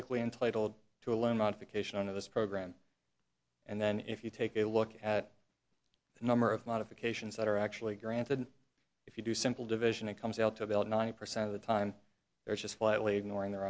likely entitled to a loan modification of this program and then if you take a look at the number of modifications that are actually granted if you do simple division it comes out to build ninety percent of the time they're just slightly ignoring the